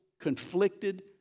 conflicted